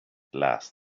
last